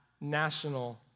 national